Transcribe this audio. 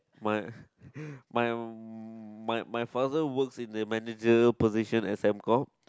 my my my my father works in the manager position at Sembcorp